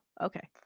okay